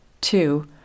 Two